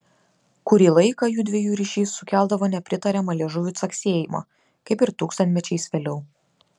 kurį laiką jųdviejų ryšys sukeldavo nepritariamą liežuvių caksėjimą kaip ir tūkstantmečiais vėliau